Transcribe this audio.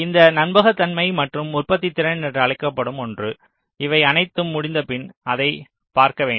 இவை நம்பகத்தன்மை மற்றும் உற்பத்தித்திறன் என்று அழைக்கப்படும் ஒன்று இவை அனைத்தும் முடிந்தபின் அதைப் பார்க்க வேண்டும்